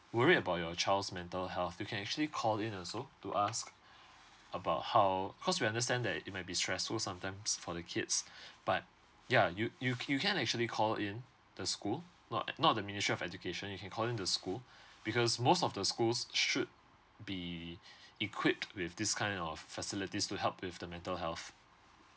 worried about your child's mental health you can actually call in also to ask about how cause we understand that it might be stressful sometimes for the kids but ya you you you can actually call in the school not not the ministry of education you can call in to school because most of the schools should be equipped with this kind of facilities to help with the mental health